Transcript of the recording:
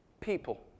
People